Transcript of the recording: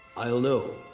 i'll know.